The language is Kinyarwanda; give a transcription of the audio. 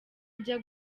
ajya